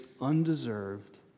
undeserved